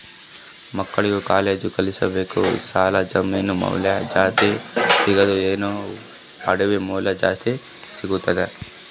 ಮಕ್ಕಳಿಗ ಕಾಲೇಜ್ ಕಳಸಬೇಕು, ಸಾಲ ಜಮೀನ ಮ್ಯಾಲ ಜಾಸ್ತಿ ಸಿಗ್ತದ್ರಿ, ಏನ ಒಡವಿ ಮ್ಯಾಲ ಜಾಸ್ತಿ ಸಿಗತದ?